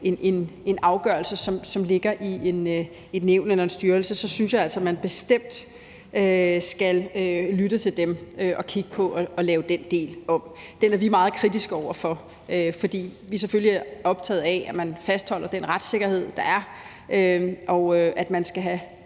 en afgørelse, som ligger i et nævn eller en styrelse, synes jeg altså bestemt, at man skal lytte til dem og kigge på at lave den del om. Den er vi meget kritisk over for, fordi vi selvfølgelig er optaget af, at man fastholder den retssikkerhed, der er, og at man skal have